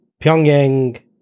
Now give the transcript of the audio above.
Pyongyang